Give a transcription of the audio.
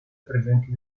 presenti